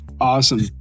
Awesome